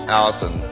Allison